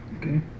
Okay